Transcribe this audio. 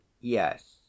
yes